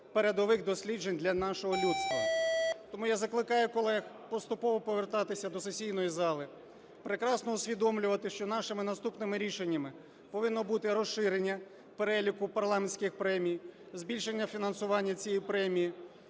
передових досліджень для нашого людства. Тому я закликаю колег поступово повертатися до сесійної зали, прекрасно усвідомлювати, що нашими наступними рішеннями повинно бути: розширення переліку парламентських премій, збільшення фінансування цієї премії,